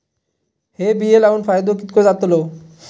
हे बिये लाऊन फायदो कितको जातलो?